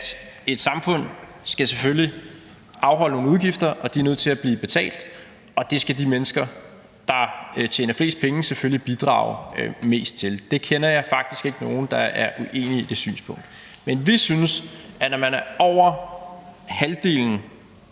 et samfund selvfølgelig skal afholde nogle udgifter, som er nødt til at blive betalt, og at det skal de mennesker, der tjener flest penge, selvfølgelig bidrage mest til; jeg kender faktisk ikke nogen, der er uenige i det synspunkt. Men vi synes, at når den er nået op på over halvdelen